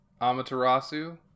Amaterasu